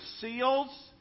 seals